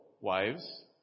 wives